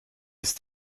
ist